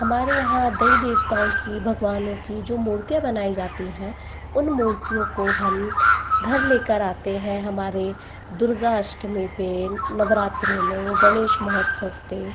हमारे यहाँ देई देवताओं की भगवानों की जो मूर्तियाँ बनाई जाती हैं उन मूर्तियों को हम घर लेकर आते हैं हमारे दुर्गा अष्टमी पर नवरात्रों में गणेश महोत्सव पर